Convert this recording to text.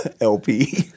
LP